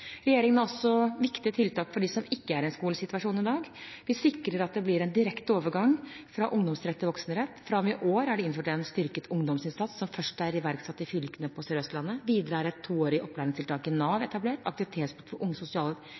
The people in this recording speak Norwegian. som ikke er i en skolesituasjon i dag. Vi sikrer at det blir en direkte overgang fra ungdomsrett til voksenrett. Fra og med i år er det innført en styrket ungdomsinnsats, som først er iverksatt i fylkene på Sør-Vestlandet. Videre er et toårig opplæringstiltak i Nav etablert. Aktivitetsplikt for unge